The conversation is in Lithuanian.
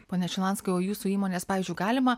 pone šilanskai o jūsų įmonės pavyzdžiui galima